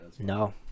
No